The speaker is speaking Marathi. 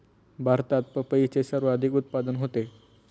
भारतात पपईचे सर्वाधिक उत्पादन होते